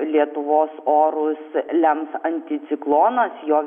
lietuvos orus lems anticiklonas jo